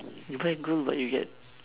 you buy gold but you get